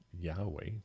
Yahweh